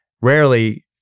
rarely